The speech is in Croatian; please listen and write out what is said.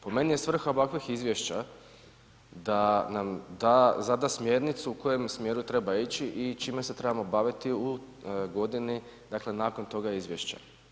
Po meni je svrha ovakvih izvješća da nam da, zada smjernicu u kojem smjeru treba ići i čime se trebamo baviti u godini dakle nakon toga izvješća.